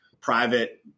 private